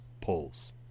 polls